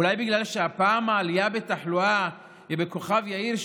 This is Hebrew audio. אולי בגלל שהפעם העלייה בתחלואה היא בכוכב יאיר,